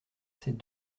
ses